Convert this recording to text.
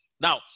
Now